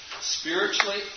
spiritually